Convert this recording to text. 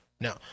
now